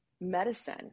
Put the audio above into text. medicine